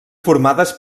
formades